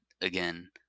again